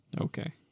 Okay